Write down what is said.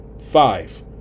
five